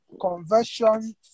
conversion